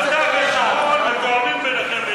אתה ושרון מתואמים ביניכם,